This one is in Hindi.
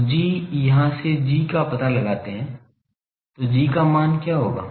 तो G यहाँ से G का पता लगाते है तो G का मान क्या होगा